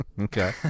Okay